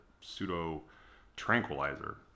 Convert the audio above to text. pseudo-tranquilizer